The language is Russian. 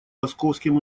московским